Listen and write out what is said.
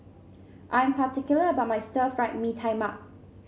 I am particular about my Stir Fried Mee Tai Mak